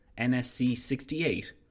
NSC-68